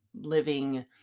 living